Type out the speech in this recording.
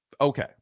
okay